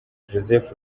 joseph